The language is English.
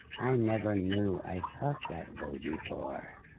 i never knew i felt that way before.